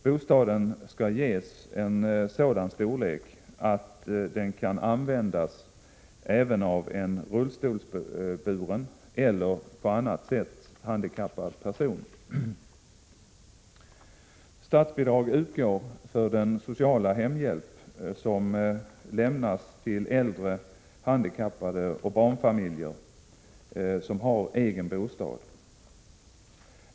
Bostaden skall ges en sådan siorlek att den kan användas även av en rullstolsburen eller på annat sätt handikappad person. Statsbidrag utgår för den sociala hemhjälp som lämnas till äldre, handikappade och barnfamiljer som har egen bostad.